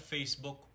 Facebook